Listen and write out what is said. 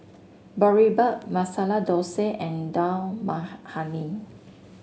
Boribap Masala Dosa and Dal Makhani